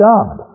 God